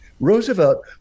Roosevelt